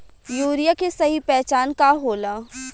Urea के सही पहचान का होला?